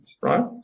right